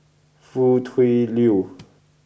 Foo Tui Liew